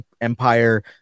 Empire